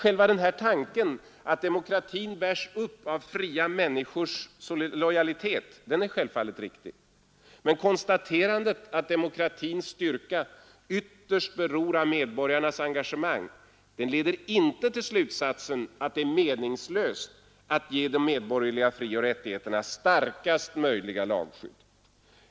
Grundtanken — att demokratin bärs upp av fria människors lojalitet är självfallet riktig. Men konstaterandet att demokratins styrka ytterst beror av medborgarnas engagemang leder inte till slutsatsen att det är meningslöst att ge de medborgerliga frioch rättigheterna starkaste möjliga lagskydd.